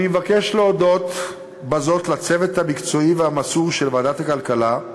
אני מבקש להודות בזאת לצוות המקצועי והמסור של ועדת הכלכלה,